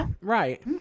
Right